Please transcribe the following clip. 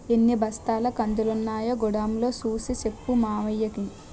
ఎన్ని బస్తాల కందులున్నాయో గొడౌన్ లో సూసి సెప్పు మావయ్యకి